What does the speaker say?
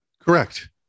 Correct